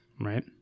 Right